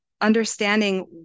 understanding